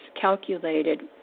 calculated